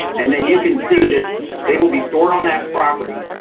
and then you can see that they will be stored on that property.